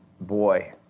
boy